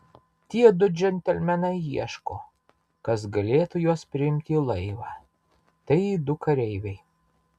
tie du džentelmenai ieško kas galėtų juos priimti į laivą tai du kareiviai